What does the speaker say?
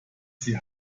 sie